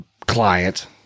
client